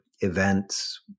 events